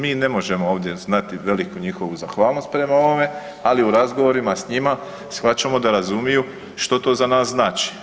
Mi ne možemo ovdje znati veliku njihovu zahvalnost prema ovome, ali u razgovorima s njima shvaćamo da razumiju što to za nas znači.